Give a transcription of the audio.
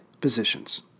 positions